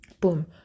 boom